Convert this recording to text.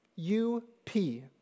U-P